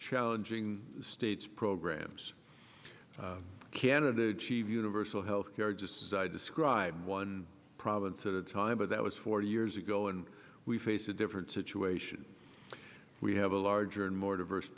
challenging states programs canada cheve universal health care just as i described one province at a time but that was four years ago and we face a different situation we have a larger and more diverse